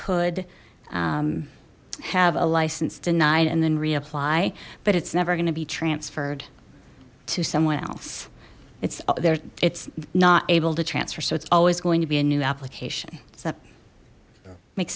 could have a license denied and then reapply but it's never going to be transferred to someone else it's there it's not able to transfer so it's always going to be a new application that makes